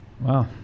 Wow